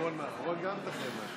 הסתייגות 376 לא נתקבלה.